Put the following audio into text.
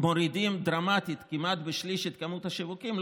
מורידים דרמטית, כמעט בשליש, את מספר השיווקים?